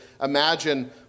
imagine